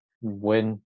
win